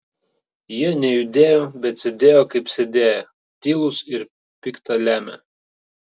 jie nejudėjo bet sėdėjo kaip sėdėję tylūs ir pikta lemią